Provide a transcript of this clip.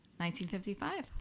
1955